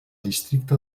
districte